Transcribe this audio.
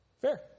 Fair